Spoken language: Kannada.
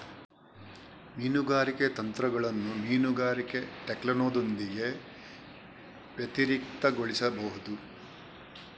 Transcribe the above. ಮೀನುಗಾರಿಕೆ ತಂತ್ರಗಳನ್ನು ಮೀನುಗಾರಿಕೆ ಟ್ಯಾಕ್ಲೋನೊಂದಿಗೆ ವ್ಯತಿರಿಕ್ತಗೊಳಿಸಬಹುದು